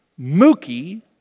Mookie